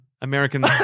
American